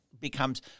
becomes